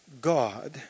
God